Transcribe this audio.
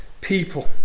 people